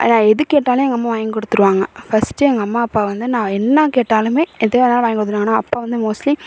நான் எது கேட்டாலும் எங்கள் அம்மா வாங்கி கொடுத்துருவாங்க ஃபஸ்ட்டு எங்கள் அம்மா அப்பா வந்து நான் என்ன கேட்டாலுமே எது வேணாலும் வாங்கி கொடுத்துருவாங்க ஆனால் அப்பா வந்து மோஸ்ட்லி